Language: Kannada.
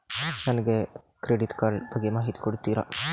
ನನಗೆ ಕ್ರೆಡಿಟ್ ಕಾರ್ಡ್ ಬಗ್ಗೆ ಮಾಹಿತಿ ಕೊಡುತ್ತೀರಾ?